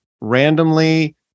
randomly